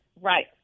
Right